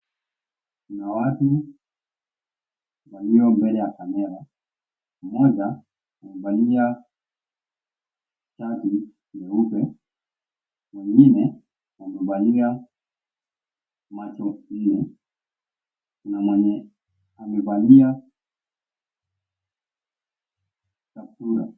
Kuna watu walio mbele ya kamera mmoja amevalia shati nyeupe mwengine amevalia macho nne na mwenye amevalia kaptura.